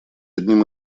одним